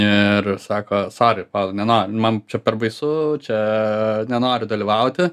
ir sako sori povilai neno man čia per baisu čia nenoriu dalyvauti